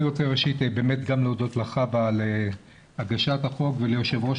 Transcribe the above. אני רוצה להודות לחוה על הגשת החוק וליושב ראש